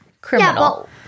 criminal